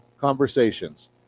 conversations